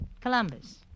Columbus